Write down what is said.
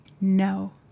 no